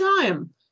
time